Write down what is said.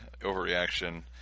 Overreaction